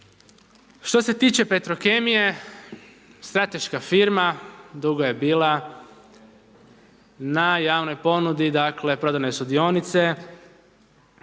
Što se tiče Petrokemije, strateška firma, dugo je bila na javnoj ponudi, dakle prodane su dionice,